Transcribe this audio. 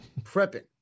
prepping